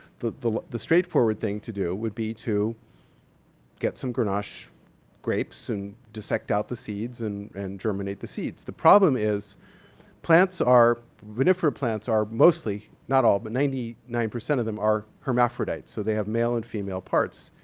the the straight forward thing to do would be to get some grenache grapes and dissect out the seeds and and germinate the seeds. the problem is that plants are, vinefera plants are mostly not all, but ninety nine percent of them are hermaphrodites. so, they have male and female parts.